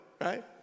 right